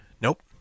Nope